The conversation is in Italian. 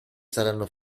saranno